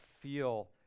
feel